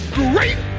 great